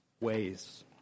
ways